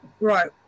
right